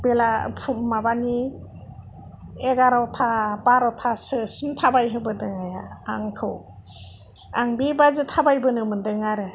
बेला माबानि एगार'था बार'थासोसिम थाबायहोबोदों आंखौ आं बेबादि थाबायबोनो मोनदों आरो